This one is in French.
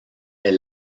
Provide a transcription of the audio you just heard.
est